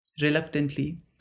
Reluctantly